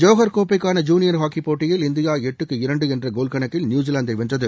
Johor கோப்பைக்கான junior ஹாக்கிப் போட்டியில் இந்தியா எட்டுக்கு இரண்டு என்ற கோல் கணக்கில் நியூசிலாந்தை வென்றது